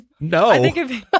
No